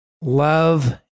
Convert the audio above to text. love